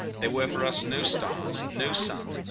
there were for us no stars, no sun,